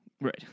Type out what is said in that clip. Right